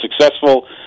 successful